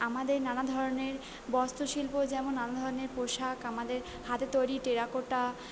আমাদের নানা ধরনের বস্ত্র শিল্প যেমন নানা ধরনের পোশাক আমাদের হাতে তৈরি টেরাকোটা